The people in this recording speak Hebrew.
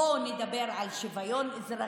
בואו נדבר על שוויון אזרחי,